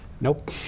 nope